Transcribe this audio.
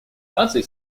нации